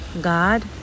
God